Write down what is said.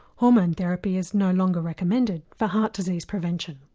hormone therapy is no longer recommended for heart disease prevention.